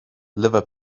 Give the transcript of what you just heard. liver